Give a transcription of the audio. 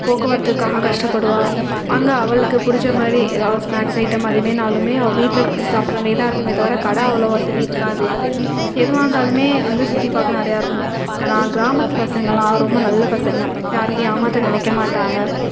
போக்குவரத்துக்காக கஷ்டப்படுவாள் அங்கே அவளுக்கு பிடிச்ச மாதிரி ஏதாவது ஸ்நாக்ஸ் ஐட்டம் அதேமாரினாலுமே அவள் வீட்டில் செஞ்சு சாப்பிட்ற மாரி தான் இருக்குமே தவிர கடை அவ்வளோ வசதி இருக்காது எதுவாக இருந்தாலும் வந்து சுற்றி பார்க்க நிறையா இருக்கும் ஆனா கிராமத்து பசங்கள்ளாம் ரொம்ப நல்ல பசங்கள் யாரையும் ஏமாற்ற நினைக்க மாட்டாங்க